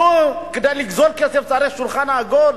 נו, כדי לגזול כסף צריך שולחן עגול?